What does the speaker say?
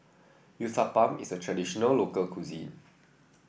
uthapam is a traditional local cuisine